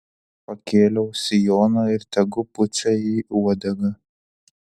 pakėliau sijoną ir tegu pučia į uodegą